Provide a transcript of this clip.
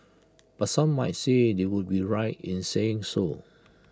but some might say they would be right in saying so